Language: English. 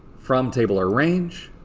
from table or range.